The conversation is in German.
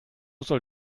soll